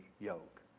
yoke